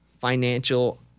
financial